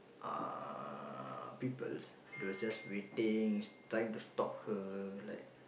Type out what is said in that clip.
uh peoples they were just waiting trying to stop her like